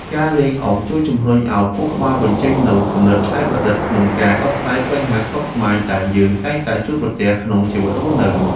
ការលេងអុកជួយជម្រុញឱ្យខួរក្បាលបញ្ចេញនូវគំនិតច្នៃប្រឌិតក្នុងការដោះស្រាយបញ្ហាស្មុគស្មាញដែលយើងតែងតែជួបប្រទះក្នុងជីវិតរស់នៅ។